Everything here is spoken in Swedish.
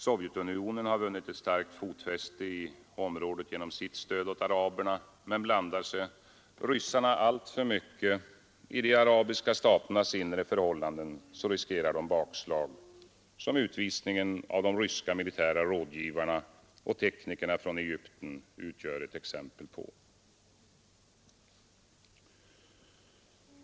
Sovjetunionen har vunnit ett starkt fotfäste i området genom sitt stöd åt araberna, men blandar sig ryssarna alltför mycket i de arabiska staternas inre förhållanden riskerar de bakslag, som utvisningen av de ryska militära rådgivarna och teknikerna från Egypten utgör ett exempel på.